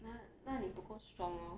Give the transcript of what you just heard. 那那你不过 strong lor